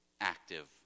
active